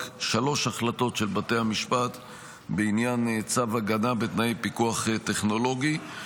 רק שלוש החלטות של בתי המשפט בעניין צו הגנה בתנאי פיקוח טכנולוגי.